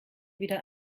wieder